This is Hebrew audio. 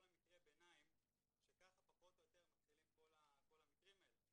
כל המקרי ביניים שכך פחות או יותר מתחילים להיות המקרים האלה.